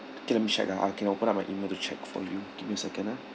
K let me check ah I can open up my email to check for you give me a second ah